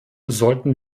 sollten